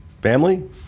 family